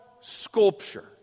sculpture